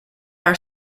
are